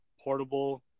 portable